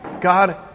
God